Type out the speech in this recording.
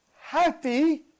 happy